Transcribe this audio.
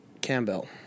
Campbell